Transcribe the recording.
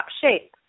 shape